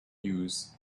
use